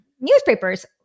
Newspapers